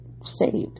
saved